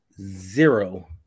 Zero